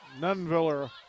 Nunviller